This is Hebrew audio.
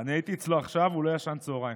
אני הייתי אצלו עכשיו, הוא לא ישן צוהריים.